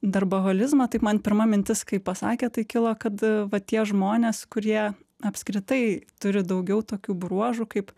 darboholizmą tai man pirma mintis kai pasakė tai kilo kad va tie žmonės kurie apskritai turi daugiau tokių bruožų kaip